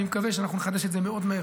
ואני מקווה שנחדש את זה מהר